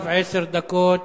עכשיו עשר דקות